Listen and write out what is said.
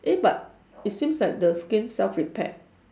eh but it seems like the skin self repaired